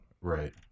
right